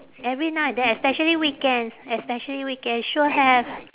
every night then especially weekends especially weekend sure have